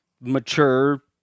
mature